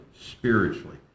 spiritually